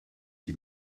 die